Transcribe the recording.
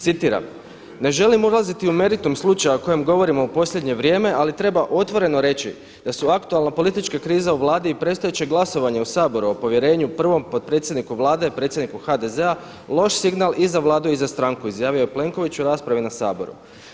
Citiram: „Ne želim ulaziti u meritum slučaja o kojem govorimo u posljednje vrijeme ali treba otvoreno reći da su aktualna politička kriza u Vladi i predstojeće glasovanje u Saboru o povjerenju i prvom potpredsjedniku Vlade i predsjedniku HDZ-a loš signal iz Vladu i za stranku“, izjavio je Plenković u raspravi na Saboru.